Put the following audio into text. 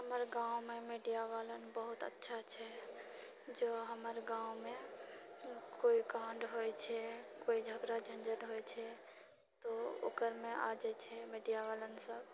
हमर गाँवमे मीडियावाला बहुत अच्छा छै जँ हमर गाँवमे कोइ काण्ड होइत छै कोइ झगड़ा झंझट होइत छै तऽ ओकरमे आ जाइत छै मीडियावालासभ